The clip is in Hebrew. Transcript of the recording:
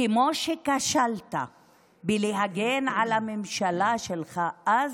כמו שכשלת בהגנה על הממשלה שלך אז,